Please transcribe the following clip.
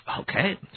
Okay